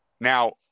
Now